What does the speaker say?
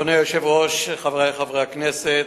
אדוני היושב-ראש, חברי חברי הכנסת,